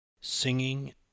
singing